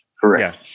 Correct